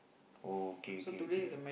oh okay okay okay